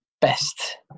Best